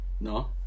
no